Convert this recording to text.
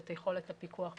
את יכולת הפיקוח והבקרה,